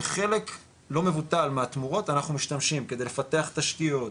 בחלק לא מבוטל מהתמורות אנחנו משתמשים כדי לפתח תשתיות,